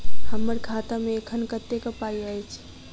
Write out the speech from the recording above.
हम्मर खाता मे एखन कतेक पाई अछि?